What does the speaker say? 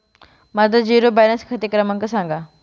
माझा zero balance खाते क्रमांक सांगा